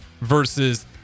versus